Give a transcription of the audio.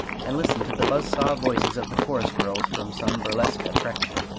and listen to the buzz-saw voices of the chorus girls from some burlesque attraction.